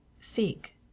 Seek